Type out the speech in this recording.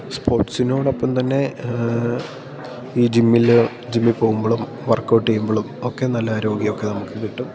സ്പോർട്സിനോടൊപ്പം തന്നെ ഈ ജിമ്മിൽ ജിമ്മിൽ പോകുമ്പോഴും വർക്കൌട്ട് ചെയ്യുമ്പോഴും ഒക്കെ നല്ല ആരോഗ്യമൊക്കെ നമുക്ക് കിട്ടും